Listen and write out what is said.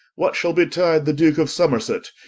what shall betide the duke of somerset?